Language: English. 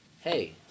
Hey